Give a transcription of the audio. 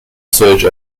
surge